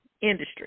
industry